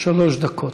שלוש דקות.